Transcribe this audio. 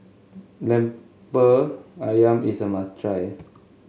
Lemper ayam is a must try